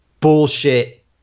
bullshit